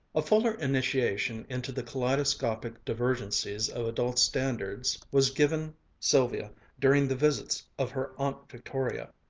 a fuller initiation into the kaleidoscopic divergencies of adult standards was given sylvia during the visits of her aunt victoria.